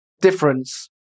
difference